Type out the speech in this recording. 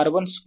r 1 square